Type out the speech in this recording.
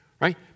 right